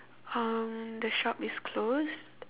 um the shop is closed